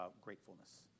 gratefulness